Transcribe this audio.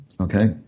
Okay